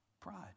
Pride